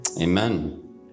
Amen